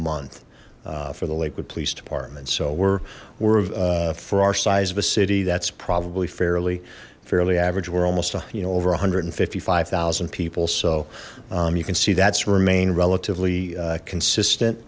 month for the lakewood police department so we're we're for our size of a city that's probably fairly fairly average we're almost you know over a hundred and fifty five thousand people so you can see that's remain relatively consistent